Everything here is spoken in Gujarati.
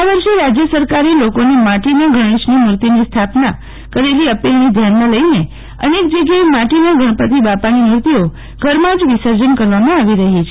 આ વર્ષે રાજય સરકારે લોકોને માટોના ગણેશની મૂતિનો સ્થાપના કરલી અપીલની ધ્યાનમાં લઈને અનેક જગ્યાએ માટીના ગણપતિ બાપાની મૂર્તિઓ ઘરમાં જ વિસર્જન કરવામાં આવી રહી છે